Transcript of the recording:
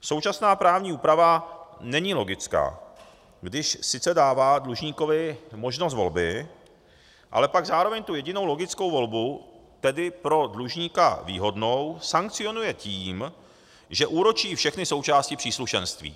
Současná právní úprava není logická, když sice dává dlužníkovi možnost volby, ale pak zároveň tu jedinou logickou volbu, tedy pro dlužníka výhodnou, sankcionuje tím, že úročí všechny součásti příslušenství.